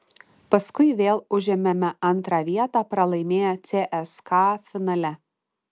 paskui vėl užėmėme antrą vietą pralaimėję cska finale